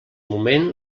moment